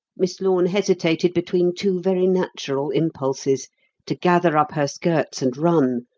miss lorne hesitated between two very natural impulses to gather up her skirts and run,